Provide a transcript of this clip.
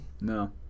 No